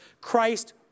Christ